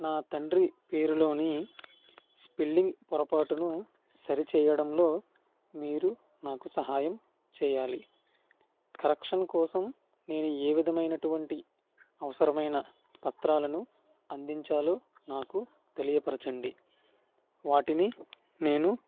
నా తండ్రి పేరులోని స్పెల్లింగ్ పొరపాటును సరిచేయడంలో మీరు నాకు సహాయం చేయాలి కరక్షన్ కోసం నేను ఏ విధమైనటువంటి అవసరమైన పత్రాలను అందించాలో నాకు తెలియపరచండి వాటిని నేను